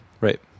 Right